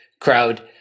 crowd